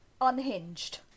unhinged